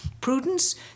Prudence